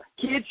kids